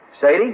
Sadie